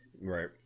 Right